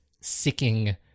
Sicking